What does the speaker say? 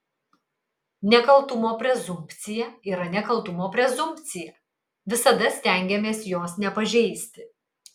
nekaltumo prezumpcija yra nekaltumo prezumpcija visada stengiamės jos nepažeisti